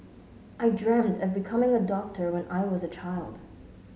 I dreamt of becoming a doctor when I was a child